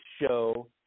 show